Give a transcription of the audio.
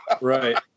Right